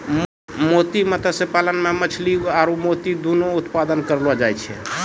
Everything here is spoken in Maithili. मोती मत्स्य पालन मे मछली आरु मोती दुनु उत्पादन करलो जाय छै